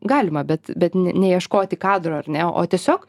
galima bet bet neieškoti kadro ar ne o tiesiog